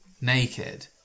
naked